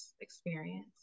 experience